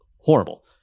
horrible